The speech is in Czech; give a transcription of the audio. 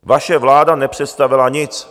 Vaše vláda nepředstavila nic.